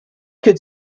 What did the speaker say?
could